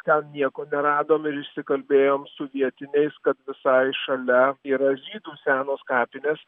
ten nieko neradom ir įsikalbėjom su vietiniais kad visai šalia yra žydų senos kapinės